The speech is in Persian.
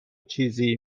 چیزی